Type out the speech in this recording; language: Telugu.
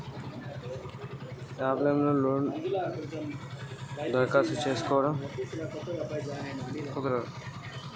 ఆఫ్ లైన్ లో లోను దరఖాస్తు చేసుకోవడం ఎలా?